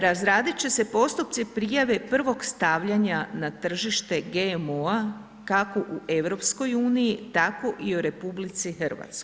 Razradit će se postupci prijave prvog stavljanja na tržište GMO-a kako u EU tako i u RH.